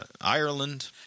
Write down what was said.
Ireland